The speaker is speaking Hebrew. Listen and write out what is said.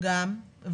גם.